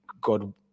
God